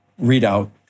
readout